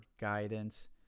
guidance